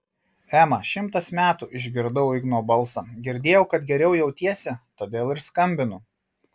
ema šimtas metų išgirdau igno balsą girdėjau kad geriau jautiesi todėl ir skambinu